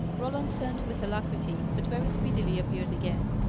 roland turned with alacrity, but very speedily appeared again,